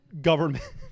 government